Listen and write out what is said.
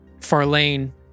Farlane